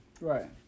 Right